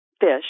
fish